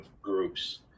groups